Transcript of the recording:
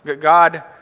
God